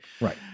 Right